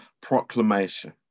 proclamation